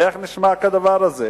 איך נשמע כדבר הזה?